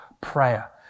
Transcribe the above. prayer